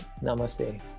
Namaste